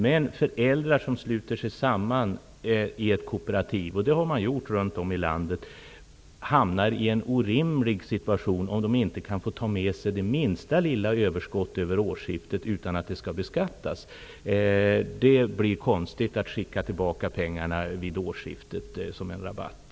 Men föräldrar som sluter sig samman i ett kooperativ, vilket man har gjort runt om i landet, hamnar i en orimlig situation, om de inte får ta med sig minsta lilla överskott över årsskiftet utan beskattning. Det blir konstigt att skicka tillbaka pengarna som en rabatt vid årsskiftet.